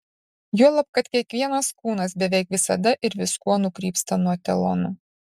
juolab kad kiekvienas kūnas beveik visada ir viskuo nukrypsta nuo etalono